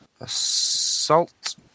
Assault